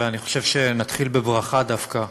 ואני חושב שנתחיל בברכה דווקא.